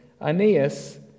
Aeneas